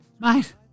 Mate